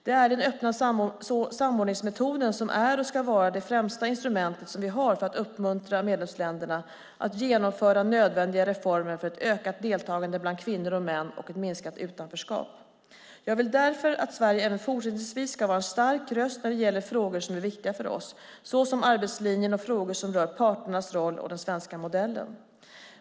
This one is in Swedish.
Det är den öppna samordningsmetoden som är och ska vara det främsta instrument som vi har för att uppmuntra medlemsländerna att genomföra nödvändiga reformer för ett ökat deltagande bland kvinnor och män och ett minskat utanförskap. Jag vill därför att Sverige även fortsättningsvis ska vara en stark röst när det gäller frågor som är viktiga för oss, såsom arbetslinjen och frågor som rör parternas roll och den svenska modellen.